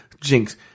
jinx